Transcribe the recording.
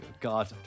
God